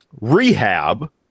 rehab